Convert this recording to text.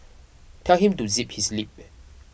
tell him to zip his lip